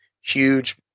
huge